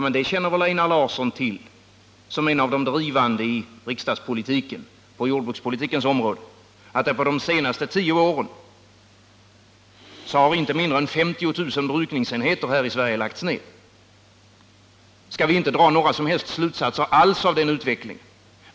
Men Einar Larsson, som en av de drivande i riksdagspolitiken på jordbrukspolitikens område, känner väl till att inte mindre än 50 000 brukningsenheter har lagts ner under de senaste tio åren här i Sverige? Skall vi inte dra några som helst slutsatser av den utvecklingen?